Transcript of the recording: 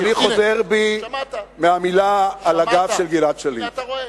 אני חוזר בי מהמלים "על הגב של גלעד שליט".